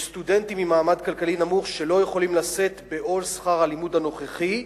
יש סטודנטים ממעמד כלכלי נמוך שלא יכולים לשאת בעול שכר הלימוד הנוכחי,